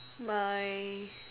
my